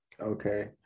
Okay